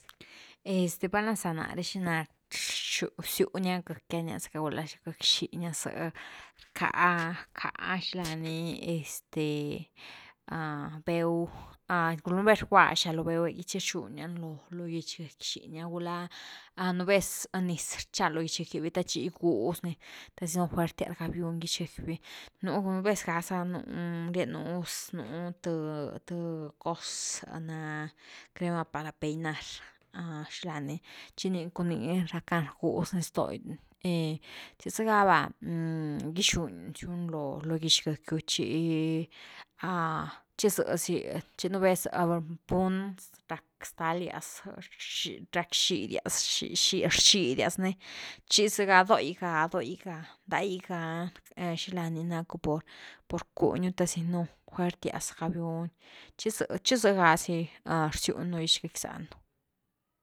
Este val na za nare xina rsiuni-rsiunia gëckia, niazacka, gula gëcky xiñazë rcka xila ni este bew, primer rguaxa lo bew’w gy chi rxunia ni lo-lo gich gecki xiña, gula nú vez do niz rcha lo gich-gecki’vi te chi giguz ni te sino fuertias rgabiuni gich gecki’vi, nú-nú vez ga za rienu gus, nú th-th cos za na crema para peinar, xila ni, chi cun ni rackan rguz ni sto’gy chi zega va gixuñ siu ni lo gich gecki chi ha chi zezy, chi nú vez pund rack stalias, rack bxidias-rack bxidias ni chi zega do’i gado’iga, da’i ga ni, xila ni napu por-por cuñu te si no fuertias rgabiuni chi zëh chi zega si rziuñ un gich geckizá nú.